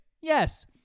yes